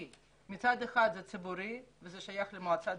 כי מצד אחד זה ציבורי ושייך למועצה הדתית,